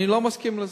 אני לא מסכים לזה.